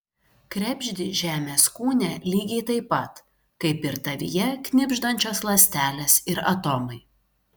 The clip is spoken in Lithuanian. krebždi žemės kūne lygiai taip pat kaip ir tavyje knibždančios ląstelės ir atomai